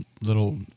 little